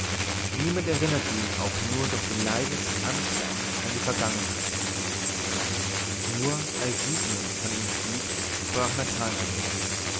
niemand erinnerte ihn auch nur durch den leisesten anklang an die vergangenheit nur als siegmund von ihm schied sprach nathanael